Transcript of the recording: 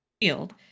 field